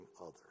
others